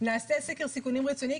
נעשה סקר סיכונים רציני,